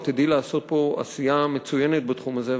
את תדעי לעשות פה עשייה מצוינת בתחום הזה.